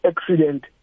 accident